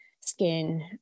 skin